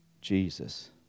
Jesus